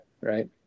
right